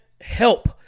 help